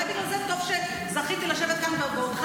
אולי בגלל זה טוב שזכיתי לשבת כאן בעודך